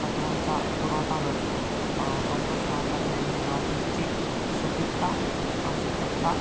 तत्त्वांचा पुरवठा करतो कंपोस्ट वापरल्याने मातीची सुपीकता सुपीकता